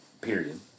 period